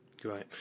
great